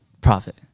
profit